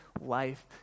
life